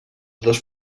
dos